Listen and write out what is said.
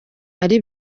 ari